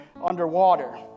underwater